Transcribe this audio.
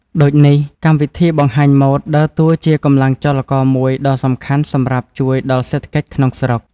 ដូចនេះ កម្មវិធីបង្ហាញម៉ូដដើរតួជាកម្លាំងចលករមួយដ៏សំខាន់សម្រាប់ជួយដល់សេដ្ឋកិច្ចក្នុងស្រុក។